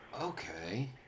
Okay